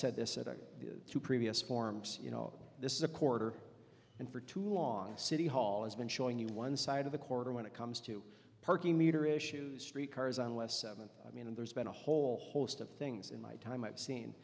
said this to previous forms you know this is a corridor and for too long the city hall has been showing you one side of the corridor when it comes to parking meter issues street cars on west seventh i mean there's been a whole host of things in my time i've seen